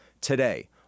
Today